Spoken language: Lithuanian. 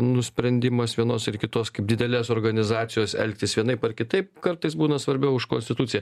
nusprendimas vienos ir kitos kaip didelės organizacijos elgtis vienaip ar kitaip kartais būna svarbiau už konstituciją